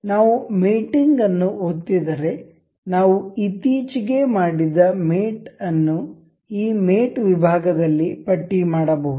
ನಾವು ಮೇಟಿಂಗ್ ಅನ್ನು ಒತ್ತಿದರೆ ನಾವು ಇತ್ತೀಚಿಗೆ ಮಾಡಿದ ಮೇಟ್ ಅನ್ನು ಈ ಮೇಟ್ ವಿಭಾಗದಲ್ಲಿ ಪಟ್ಟಿ ಮಾಡಬಹುದು